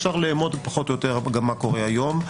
אפשר לאמוד, פחות או יותר, מה קורה היום.